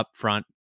upfront